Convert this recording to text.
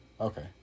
Okay